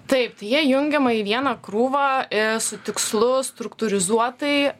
taip tie jie jungiama į vieną krūvą su tikslu struktūrizuotai